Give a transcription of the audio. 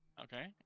Okay